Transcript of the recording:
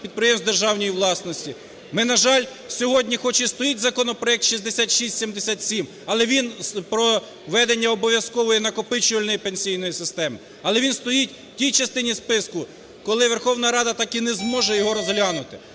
підприємств у державній власності. Ми, на жаль, сьогодні хоч і стоїть законопроект 6677, але він про ведення обов'язкової накопичувальної пенсійної системи. Але він стоїть в тій частині списку, коли Верховна Рада так і не зможе його розглянути.